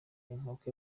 inkoko